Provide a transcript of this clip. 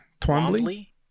Twombly